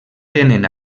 tenen